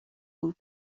بود